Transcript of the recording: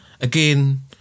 again